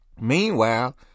Meanwhile